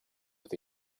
with